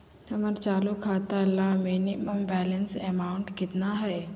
हमर चालू खाता ला मिनिमम बैलेंस अमाउंट केतना हइ?